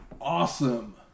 Awesome